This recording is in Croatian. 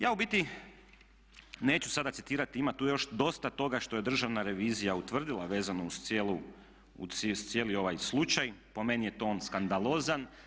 Ja u biti neću sada citirati, ima tu još dosta toga što je državna revizija utvrdila vezano uz cijeli ovaj slučaj, po meni je to on skandalozan.